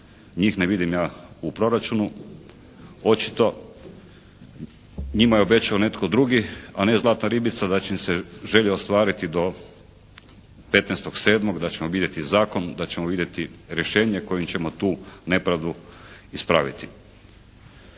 Njih ne vidim ja u proračunu. Očito njima je obećao netko drugi, a ne zlatna ribica da će im se želje ostvariti do 15.7., da ćemo vidjeti zakon, da ćemo vidjeti rješenje kojim ćemo tu nepravdu ispraviti.